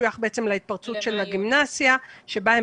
משויך בעצם להתפרצות של הגימנסיה שבהם